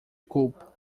culpo